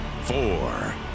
four